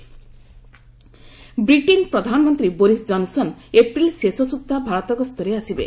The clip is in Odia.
ବୋରିସ୍ ଜନ୍ସନ୍ ବ୍ରିଟେନ ପ୍ରଧାନମନ୍ତ୍ରୀ ବୋରିସ୍ ଜନ୍ସନ୍ ଏପ୍ରିଲ୍ ଶେଷ ସୁଦ୍ଧା ଭାରତ ଗସ୍ତରେ ଆସିବେ